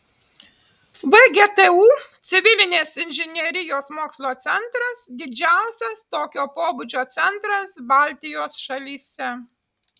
vgtu civilinės inžinerijos mokslo centras didžiausias tokio pobūdžio centras baltijos šalyse